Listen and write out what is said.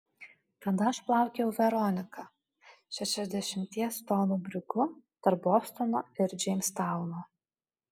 tada aš plaukiojau veronika šešiasdešimties tonų brigu tarp bostono ir džeimstauno